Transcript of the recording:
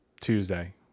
Tuesday